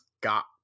got